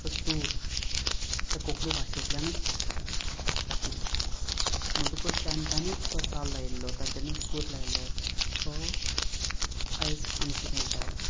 ताचो सूर ते कोंकणी भाशेंतल्यानूच आशिल्लो म्हणटकूच तांच्यांनी चाल लायिल्लो तांच्यानीच सूर लायिल्लो तो आयज आमचे मेरेन पावला